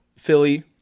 Philly